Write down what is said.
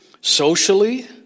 socially